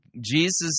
Jesus